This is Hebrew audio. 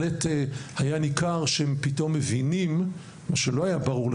היה ניכר שהם פתאום מבינים מה שלא היה ברור,